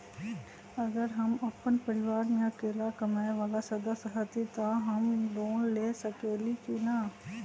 अगर हम अपन परिवार में अकेला कमाये वाला सदस्य हती त हम लोन ले सकेली की न?